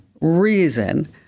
reason